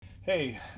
Hey